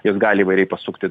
jos gali įvairiai pasukti